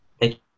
Thank